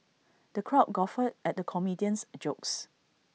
the crowd guffawed at the comedian's jokes